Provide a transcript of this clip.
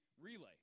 relay